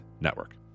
Network